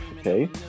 Okay